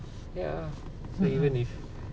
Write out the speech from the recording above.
mm mm